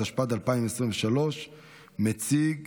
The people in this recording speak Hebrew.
התשפ"ד 2023. מציג